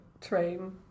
Train